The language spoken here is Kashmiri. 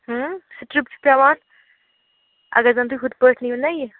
سِٹرِپ چھِ پٮ۪وان اگر زَن تُہۍ ہُتھ پٲٹھۍ نِیِو نا یہِ